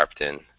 Sharpton